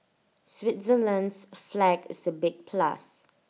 Switzerland's flag is A big plus